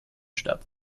statt